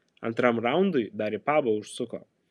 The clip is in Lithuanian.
antram raundui dar į pabą užsuko